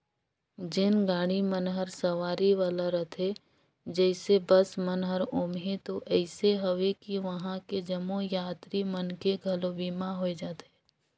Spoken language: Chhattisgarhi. जेन गाड़ी मन हर सवारी वाला रथे जइसे बस मन हर ओम्हें तो अइसे अवे कि वंहा के जम्मो यातरी मन के घलो बीमा होय जाथे